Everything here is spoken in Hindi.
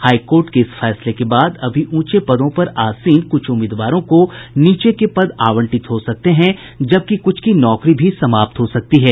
हाईकोर्ट के इस फैसले के बाद अभी ऊंचे पदों पर आसीन क्छ उम्मीदवारों के नीचे के पद आवंटित हो सकते हैं जबकि कुछ की नौकरी भी समाप्त हो सकती है